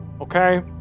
okay